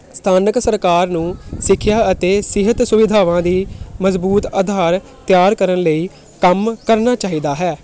ਸਥਾਨਕ ਸਰਕਾਰ ਨੂੰ ਸਿੱਖਿਆ ਅਤੇ ਸਿਹਤ ਸੁਵਿਧਾਵਾਂ ਦੀ ਮਜ਼ਬੂਤ ਆਧਾਰ ਤਿਆਰ ਕਰਨ ਲਈ ਕੰਮ ਕਰਨਾ ਚਾਹੀਦਾ ਹੈ